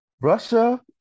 Russia